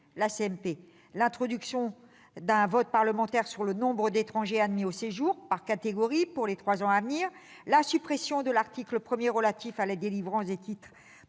: l'introduction d'un vote parlementaire sur le nombre d'étrangers admis au séjour, par catégories, pour les trois ans à venir, la suppression de l'article 1 relatif à la délivrance de titres